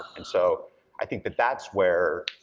and so i think that that's where,